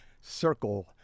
circle